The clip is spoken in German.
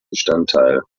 bestandteil